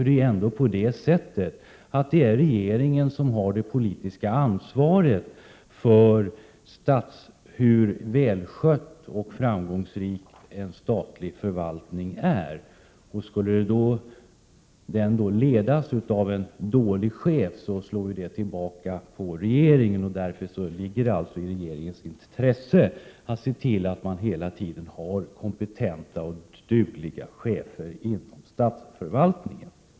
Det är ändå regeringen som har det politiska ansvaret för hur välskött och framgångsrik en statlig förvaltning är, och skulle den ledas av en dålig chef slår det tillbaka på regeringen. Därför ligger det i regeringens intresse att se till att hela tiden ha kompetenta och dugliga chefer inom statsförvaltningen.